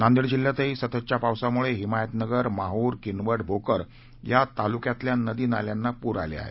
नांदड्वजिल्ह्यातही सततच्या पावसामुळे हिमायतनगर माहूर किनवट भोकर या तालुक्यातल्या नदी नाल्यांना पूर आले आहेत